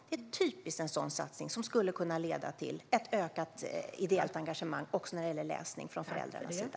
Det är en typisk sådan satsning som skulle kunna leda till ett ökat ideellt engagemang också när det gäller läsning från föräldrarnas sida.